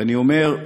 ואני אומר: